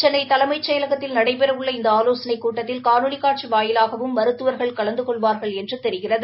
சென்னை தலைமைச் செயலகத்தில் நடைபெறவுள்ள இந்த ஆலோசனைக் கூட்டத்தில் கூணொலி காட்சி வாயிலாகவும் மருத்துவா்கள் கலந்து கொள்வாா்கள் என்று தெரிகிறது